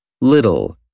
Little